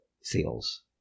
seals